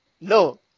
No